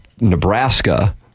Nebraska